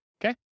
Okay